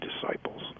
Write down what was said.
disciples